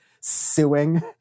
suing